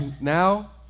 Now